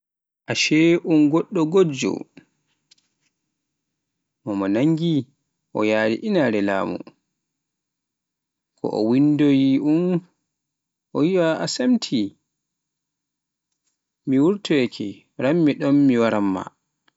Ashe un goɗɗo gujjo o mo nanji o yari inaare laamu, ko o wo winndoi un o yie a semti, mi wutoyaake rammi ɗon mi waramma.